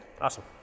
Awesome